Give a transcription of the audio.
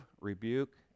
rebuke